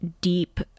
deep